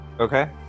Okay